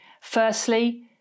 Firstly